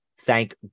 Thank